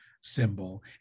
symbol